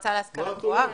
המועצה להשכלה גבוהה.